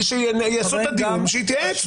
שיעשו את הדיון ושיתייעץ.